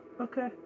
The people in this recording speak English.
okay